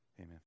Amen